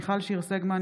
מיכל שיר סגמן,